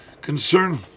concern